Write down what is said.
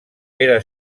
era